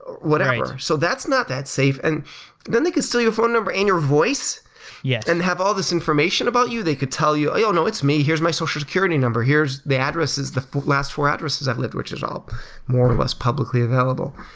whatever. so that's not that safe. and then, they could steal your phone number and your voice yeah and have all these information about you. they could tell you, you all know it's me. here's my social security number. here's the addresses, the last four addresses i've lived, which is all more or less publicly available.